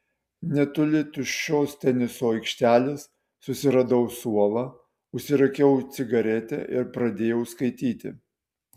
netoli tuščios teniso aikštelės susiradau suolą užsirūkiau cigaretę ir pradėjau skaityti